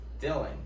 Dylan